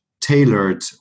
tailored